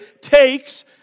takes